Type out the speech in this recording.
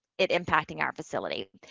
it impacting our facility.